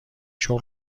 شغل